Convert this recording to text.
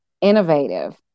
innovative